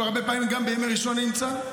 הרבה פעמים גם בימי ראשון אני נמצא,